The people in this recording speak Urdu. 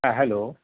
ہاں ہیلو